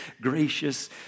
gracious